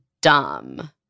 dumb